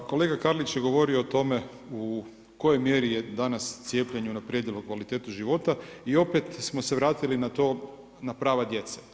Pa kolega Karlić je govorio o tome u kojoj mjeri je danas cijepljenje unaprijedilo kvalitetu života i opet smo se vratili na to na prava djece.